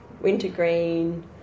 wintergreen